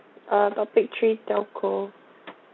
uh topic three telco